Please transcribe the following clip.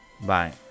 bye